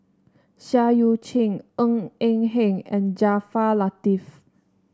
Seah Eu Chin Ng Eng Hen and Jaafar Latiff